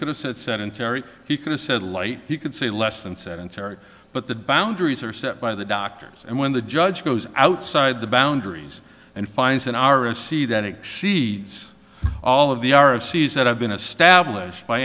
could have said sedentary he could have said light you could say less than sedentary but the boundaries are set by the doctors and when the judge goes outside the boundaries and finds an r f c that exceeds all of the are of c s that have been